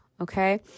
okay